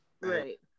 Right